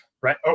right